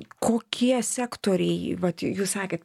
kokie sektoriai vat jūs sakėt